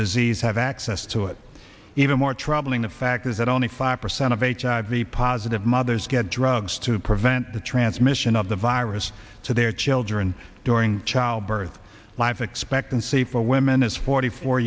disease have access to it even more troubling the fact is that only five percent of a positive mothers get drugs to prevent the transmission of the virus to their children during childbirth life expectancy for women is forty four